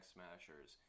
Smashers